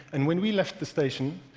and when we left the station,